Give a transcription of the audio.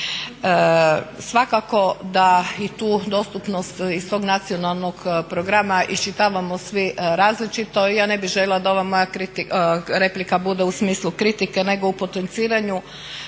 Svakako da i tu dostupnost iz tog nacionalnog programa iščitavamo svi različito i ja ne bih željela da ova moja replika bude u smislu kritike nego u potenciranju